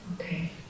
Okay